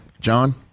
John